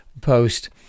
post